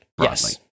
Yes